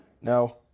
No